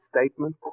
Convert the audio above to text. statement